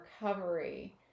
recovery